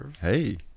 Hey